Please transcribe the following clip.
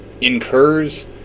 incurs